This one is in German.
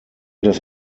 das